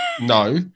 No